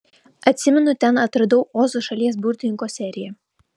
atsimenu ten atradau ozo šalies burtininko seriją